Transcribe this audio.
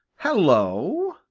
hello!